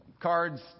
cards